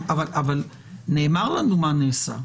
נאמר לנו מה נעשה.